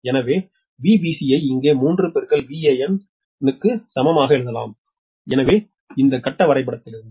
எனவே Vbc ஐ இங்கு 3 ∗ 𝑽𝒂n ∟ to க்கு சமமாக எழுதலாம் எனவே இந்த கட்ட வரைபடத்திலிருந்து